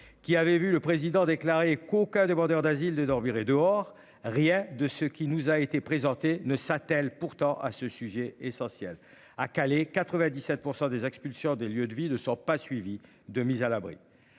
qui avait vu le président déclaré qu'aucun demandeur d'asile de dormir et dehors. Rien de ce qui nous a été présenté ne s'attelle pourtant à ce sujet essentiel à Calais 97% des expulsions des lieux de vie de sort pas suivi de mise à l'abri.